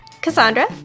Cassandra